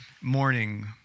morning